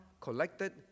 collected